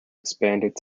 expanded